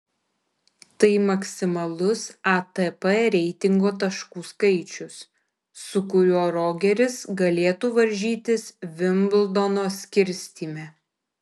tai maksimalus atp reitingo taškų skaičius su kuriuo rogeris galėtų varžytis vimbldono skirstyme